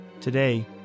Today